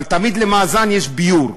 אבל תמיד למאזן יש ביאור,